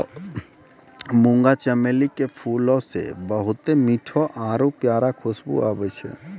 मुंगा चमेली के फूलो से बहुते मीठो आरु प्यारा खुशबु आबै छै